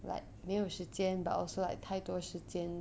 like 没有时间 but also like 太多时间